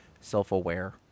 self-aware